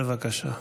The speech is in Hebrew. בבקשה.